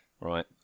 Right